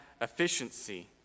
efficiency